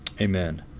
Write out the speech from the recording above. Amen